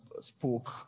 spoke